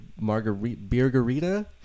Margarita